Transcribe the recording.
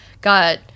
got